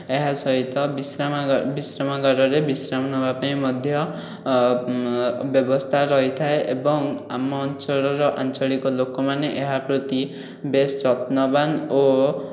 ଏହା ସହିତ ବିଶ୍ରାମ ବିଶ୍ରାମଗାରରେ ବିଶ୍ରାମ ନେବାପାଇଁ ମଧ୍ୟ ବ୍ୟବସ୍ଥା ରହିଥାଏ ଏବଂ ଆମ ଅଞ୍ଚଳର ଆଞ୍ଚଳିକ ଲୋକମାନେ ଏହାପ୍ରତି ବେଶ୍ ଯତ୍ନବାନ ଓ